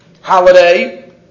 holiday